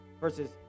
versus